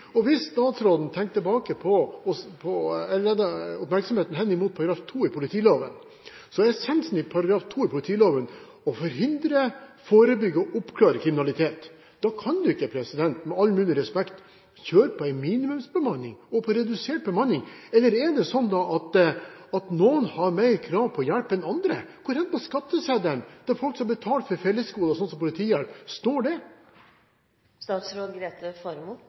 Hvis statsråden leder oppmerksomheten henimot § 2 i politiloven, er essensen i § 2 i politiloven å forhindre, forebygge og oppklare kriminalitet. Da kan man ikke, med all mulig respekt, kjøre på en minimumsbemanning og på redusert bemanning. Eller er det slik at noen har mer krav på hjelp enn andre? Hvor på skatteseddelen til folk som betaler for fellesgoder, slik som politihjelp, står det?